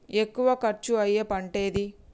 ఎక్కువ ఖర్చు అయ్యే పంటేది?